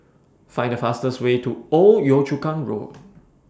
Find The fastest Way to Old Yio Chu Kang Road